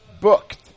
booked